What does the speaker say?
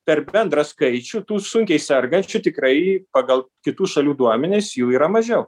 per bendrą skaičių tų sunkiai sergančių tikrai pagal kitų šalių duomenis jų yra mažiau